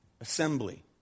assembly